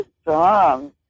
strong